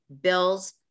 bills